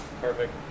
Perfect